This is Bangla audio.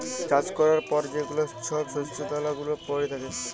চাষ ক্যরার পর যে ছব শস্য দালা গুলা প্যইড়ে থ্যাকে